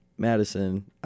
Madison